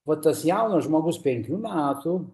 va tas jaunas žmogus penkių metų